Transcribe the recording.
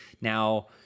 Now